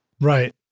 Right